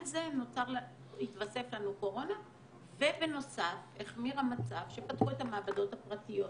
על זה התווסף לנו קורונה ובנוסף החמיר המצב כשפתחו את המעבדות הפרטיות.